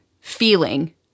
feeling